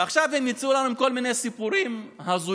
עכשיו הם ממציאים לנו כל מיני סיפורים הזויים,